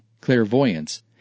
clairvoyance